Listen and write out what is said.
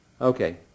Okay